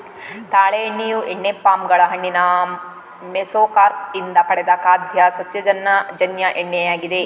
ತಾಳೆ ಎಣ್ಣೆಯು ಎಣ್ಣೆ ಪಾಮ್ ಗಳ ಹಣ್ಣಿನ ಮೆಸೊಕಾರ್ಪ್ ಇಂದ ಪಡೆದ ಖಾದ್ಯ ಸಸ್ಯಜನ್ಯ ಎಣ್ಣೆಯಾಗಿದೆ